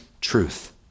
truth